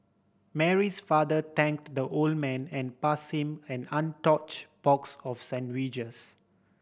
Mary's father thanked the old man and pass him an untouch box of sandwiches